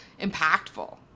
impactful